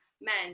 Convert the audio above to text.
men